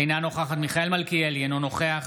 אינה נוכחת מיכאל מלכיאלי, אינו נוכח